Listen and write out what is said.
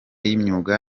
y’imyuga